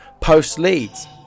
post-leads